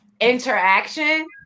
interaction